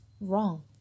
wrong